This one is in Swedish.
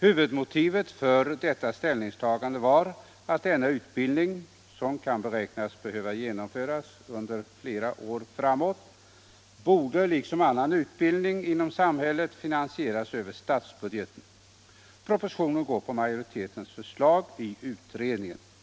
Huvudmotivet för detta ställningstagande var att denna utbildning, som kan beräknas komma att pågå under flera år framåt, borde liksom annan utbildning inom samhället finansieras över statsbudgeten. Propositionen ansluter sig till förslagen från utredningens majoritet.